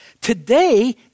Today